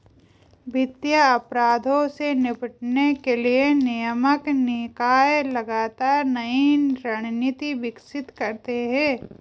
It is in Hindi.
वित्तीय अपराधों से निपटने के लिए नियामक निकाय लगातार नई रणनीति विकसित करते हैं